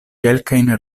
kelkajn